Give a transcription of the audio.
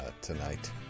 tonight